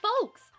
folks